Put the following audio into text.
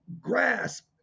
grasp